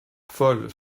folle